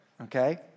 okay